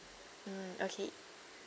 mm okay